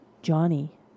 Johnny